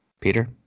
Peter